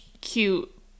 cute